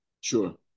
Sure